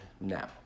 now